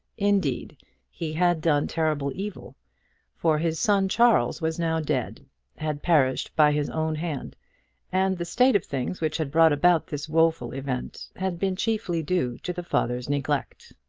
indeed he had done terrible evil for his son charles was now dead had perished by his own hand and the state of things which had brought about this woful event had been chiefly due to the father's neglect.